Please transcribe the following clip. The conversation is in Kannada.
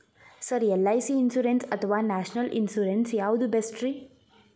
ಸರ್ ಎಲ್.ಐ.ಸಿ ಇನ್ಶೂರೆನ್ಸ್ ಅಥವಾ ನ್ಯಾಷನಲ್ ಇನ್ಶೂರೆನ್ಸ್ ಯಾವುದು ಬೆಸ್ಟ್ರಿ?